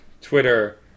Twitter